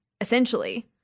essentially